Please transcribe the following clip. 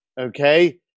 okay